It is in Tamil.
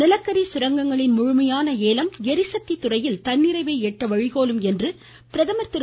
நிலக்கரி சுரங்கங்களின் முழுமையான ஏலம் ளிசக்தி துறையில் தன்னிறைவை எட்ட வழிகோலும் என்று பிரதமர் திரு